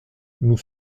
nous